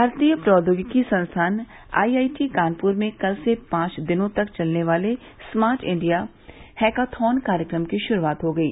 भारतीय प्रौद्योगिकी संस्थान आईआईटी कानपुर में कल से पांच दिनों तक चलने वाले स्मार्ट इंडिया हैकाथॉन कार्यक्रम की शुरूआत हो गयी